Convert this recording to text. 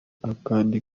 akandi